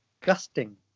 Gusting